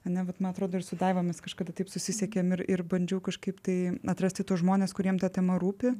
ane vat man atrodo ir su daiva mes kažkada taip susisiekėm ir ir bandžiau kažkaip tai atrasti tuos žmones kuriem ta tema rūpi